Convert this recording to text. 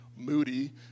moody